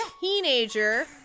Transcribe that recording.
Teenager